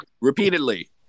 repeatedly